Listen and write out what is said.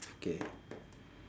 okay